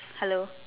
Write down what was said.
hello